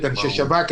את אנשי השב"כ,